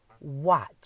watch